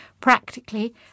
practically